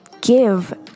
give